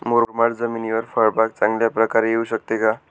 मुरमाड जमिनीवर फळबाग चांगल्या प्रकारे येऊ शकते का?